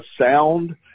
sound